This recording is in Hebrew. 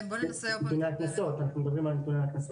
נתוני הקנסות, אנחנו מדברים על נתוני הקנסות.